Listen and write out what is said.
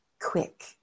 quick